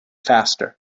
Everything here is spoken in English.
faster